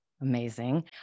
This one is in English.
Amazing